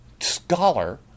scholar